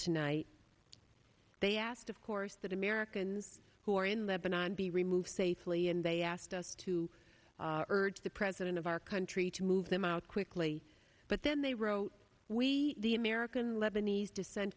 tonight they asked of course that americans who are in lebanon be removed safely and they asked us to urge the president of our country to move them out quickly but then they wrote we the american lebanese descent